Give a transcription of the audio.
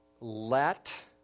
Let